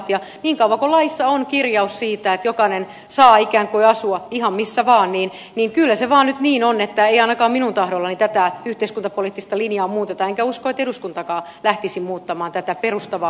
niin kauan kuin laissa on kirjaus siitä että jokainen saa ikään kuin asua ihan missä vaan niin kyllä se vaan nyt niin on että ei ainakaan minun tahdollani tätä yhteiskuntapoliittista linjaa muuteta enkä usko että eduskuntakaan lähtisi muuttamaan tätä perustavaa laatua olevaa oikeutta